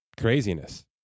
Craziness